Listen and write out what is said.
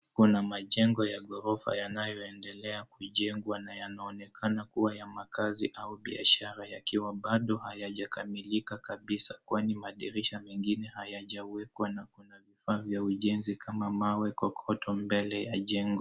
Kuna majengo ya ghorofa yanayoendelea kujengwa na yanaonekana kuwa ya makazi au biashara yakiwa bado hayajakamilika kabisa kwani madirisha mengine hayajawekwa na kuna vifaa vya ujenzi kama mawe, kokoto mbele ya jengo.